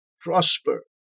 prosper